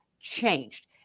changed